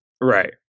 Right